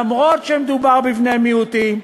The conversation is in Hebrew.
אף שמדובר בבני מיעוטים,